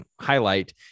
highlight